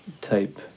type